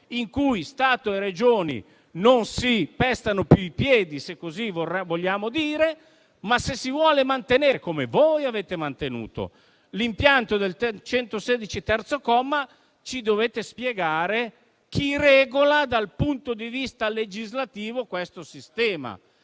in cui Stato e Regioni non si pestano più i piedi, se così vogliamo dire; se invece si vuole mantenere, come voi avete mantenuto, l'impianto previsto dall'articolo 116, terzo comma, ci dovete spiegare chi regola dal punto di vista legislativo questo sistema.